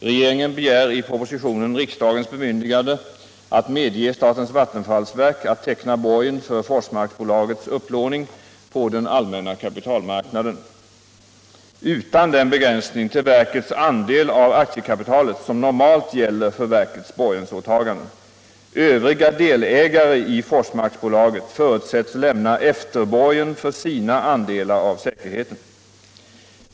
Regeringen begär i propositionen riksdagens bemyndigande att medge statens vattenfallsverk att teckna borgen för Forsmarksbolagets upplåning på den allmänna kapitalmarknaden utan den begränsning till verkets andel av aktiekapitalet som normalt gäller för verkets borgensåtaganden. Övriga delägare i Forsmarksbolaget förutsätts lämna efterborgen för sina andelar av säkerheten.